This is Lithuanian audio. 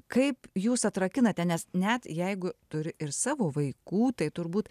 kaip jūs atrakinate nes net jeigu turi ir savo vaikų tai turbūt